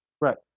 Right